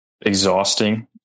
exhausting